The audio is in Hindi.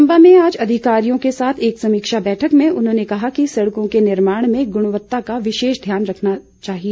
चम्बा में आज अधिकारियों के साथ एक समीक्षा बैठक में उन्होंने कहा कि सड़कों के निर्माण में गुणवत्ता का विशेष ध्यान रखा जाना चाहिए